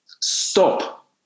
stop